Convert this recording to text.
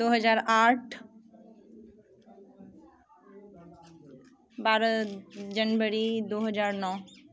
दो हज़ार आठ बारह जनवरी दो हज़ार नौ